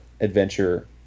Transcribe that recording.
adventure